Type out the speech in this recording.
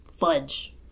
fudge